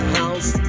house